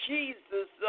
Jesus